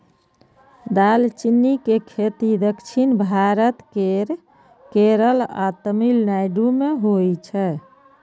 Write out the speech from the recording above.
दालचीनी के खेती दक्षिण भारत केर केरल आ तमिलनाडु मे होइ छै